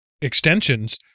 extensions